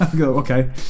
Okay